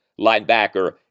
linebacker